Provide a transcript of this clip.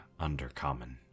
Undercommon